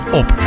op